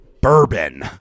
bourbon